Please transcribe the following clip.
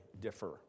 differ